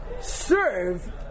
serve